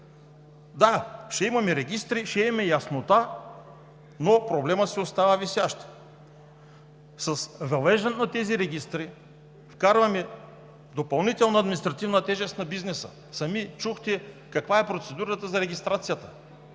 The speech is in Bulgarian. Да, ще имаме регистри, ще имаме яснота, но проблемът си остава висящ. С въвеждането на тези регистри вкарваме допълнителна административна тежест на бизнеса. Сами чухте каква е процедурата за регистрацията